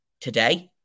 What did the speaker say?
today